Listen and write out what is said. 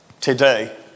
today